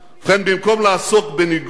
לכן, במקום לעסוק בניגוח